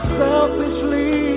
selfishly